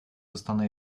dostanę